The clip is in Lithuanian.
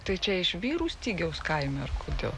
tai čia iš vyrų stygiaus kaimo ar kodėl